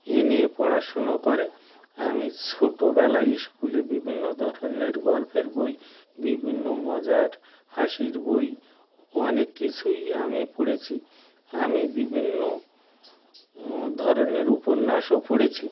এনে পড়াশুনো করে আমি ছোটোবেলায় স্কুলে বিভিন্ন ধরনের গল্পর বই বিভিন্ন মজার হাসির বই অনেক কিছুই আমি পড়েছি আমি বিভিন্ন ধরনের উপন্যাসও পড়েছি